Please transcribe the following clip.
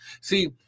See